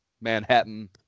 Manhattan